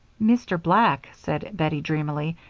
mr. black, said bettie, dreamily,